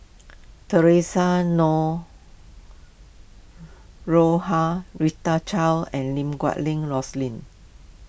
theresa Noronha Rita Chao and Lim Guat Rosling